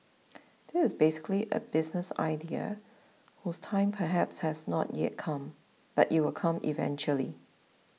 this is basically a business idea whose time perhaps has not yet come but it will come eventually